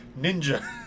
Ninja